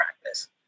practice